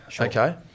okay